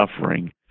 suffering